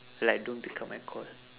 like don't pick up my call